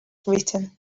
written